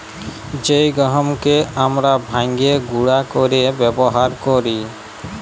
জ্যে গহমকে আমরা ভাইঙ্গে গুঁড়া কইরে ব্যাবহার কৈরি